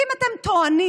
כי אם אתם טוענים,